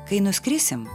kai nuskrisim